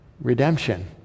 Redemption